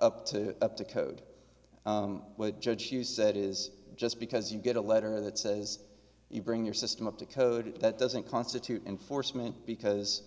up to up to code judge you said it is just because you get a letter that says you bring your system up to code that doesn't constitute enforcement because